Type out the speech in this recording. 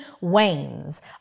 wanes